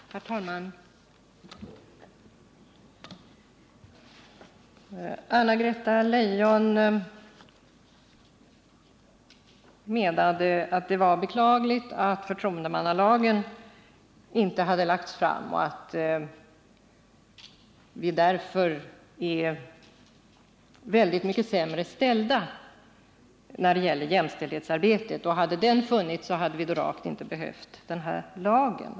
Herr talman! Anna-Greta Leijon menade att det var beklagligt att förslag till förtroendemannalag inte hade lagts fram och att vi därför är väldigt mycket sämre ställda när det gäller jämställdhetsarbetet — hade den lagen funnits hade vi då rakt inte behövt den här lagen.